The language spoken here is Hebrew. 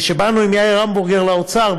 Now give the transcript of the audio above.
כשבאנו עם יאיר המבורגר לאוצר,